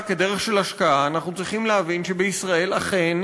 כדרך של השקעה אנחנו צריכים להבין שבישראל אכן